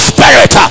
Spirit